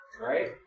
right